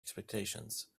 expectations